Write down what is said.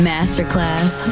Masterclass